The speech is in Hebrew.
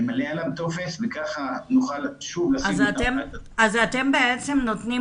ימלא עליו טופס וככה נוכל שוב לשים --- אז אתם בעצם נותנים